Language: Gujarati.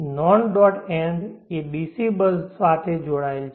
non dot and A DC bus સાથે જોડાયેલ છે